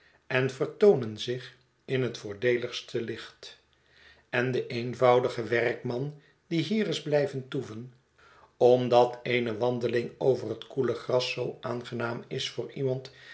en vertoonen zich in het voordeeligste licht en de eenvoudige werkman die hier is blijven toeven omdat eene wandeling over het koele gras zoo aangenaam is voor iemand